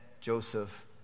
Joseph